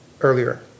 earlier